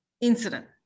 incident